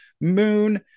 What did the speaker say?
Moon